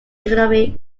economic